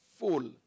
Full